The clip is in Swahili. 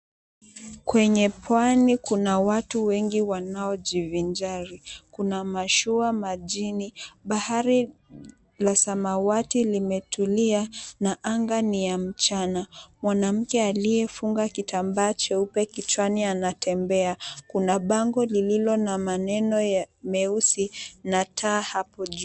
Kwenye pwani kuna watu wengi wanaojivinjari. Kuna mashua majini. Bahari la samawati limetulia na anga ni ya mchana. Mwanamke aliyefunga kitambaa cheupe kichwa anatembea. Kuna bango lililo na maneno meusi na taa hapo juu.